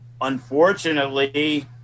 Unfortunately